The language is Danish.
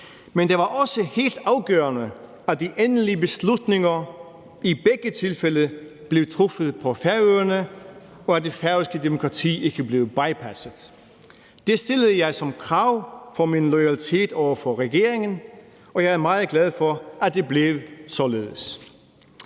Men det var også helt afgørende, at de endelige beslutninger i begge tilfælde blev truffet på Færøerne, og at det færøske demokrati ikke blev bypasset. Det stillede jeg som krav for min loyalitet over for regeringen, og jeg er meget glad for, at det blev således.